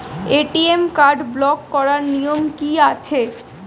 ATM card block করার নিয়ম কি আছে?